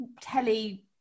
telly